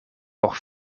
por